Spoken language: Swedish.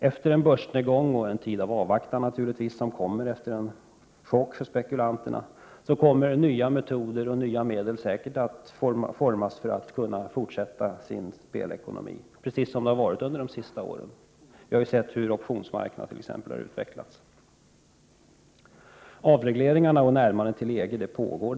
Efter börsnedgången kommer naturligtvis en period av avvaktan, efter den chock spekulanterna har fått, men sedan kommer nya medel och nya metoder säkert att skapas för att fortsätta med spelekonomin, precis som det har varit under de senaste sex åren. Vi har t.ex. sett hur optionsmarknaden har utvecklats. — Avregleringarna och närmandet till EG pågår.